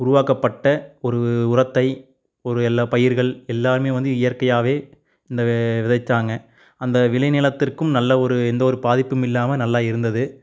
உருவாக்கப்பட்ட ஒரு உரத்தை ஒரு எல்லா பயிர்கள் எல்லாமே வந்து இயற்கையாகவே இந்த விதைத்தாங்க அந்த விளைநிலத்திற்கும் நல்ல ஒரு எந்த ஒரு பாதிப்பும் இல்லாமல் நல்லா இருந்தது